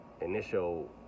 initial